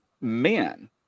men